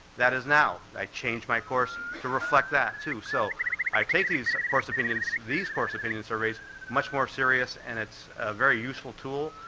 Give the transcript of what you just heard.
that is now, i changed my course to reflect that too. so i take these course opinions, these course opinion surveys much more serious and it's a very useful tool.